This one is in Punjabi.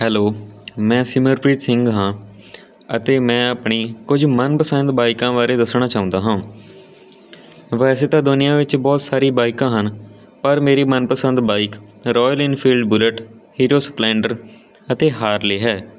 ਹੈਲੋ ਮੈਂ ਸਿਮਰਪ੍ਰੀਤ ਸਿੰਘ ਹਾਂ ਅਤੇ ਮੈਂ ਆਪਣੀ ਕੁਝ ਮਨਪਸੰਦ ਬਾਈਕਾਂ ਬਾਰੇ ਦੱਸਣਾ ਚਾਹੁੰਦਾ ਹਾਂ ਵੈਸੇ ਤਾਂ ਦੁਨੀਆ ਵਿੱਚ ਬਹੁਤ ਸਾਰੀ ਬਾਈਕਾਂ ਹਨ ਪਰ ਮੇਰੀ ਮਨਪਸੰਦ bike Royal Enfield Bullet Hero Splendor ਅਤੇ ਹਾਰਲੇ ਹੈ